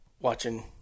Watching